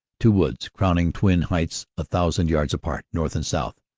two woods crowning twin heights a thousand yards apart north and south,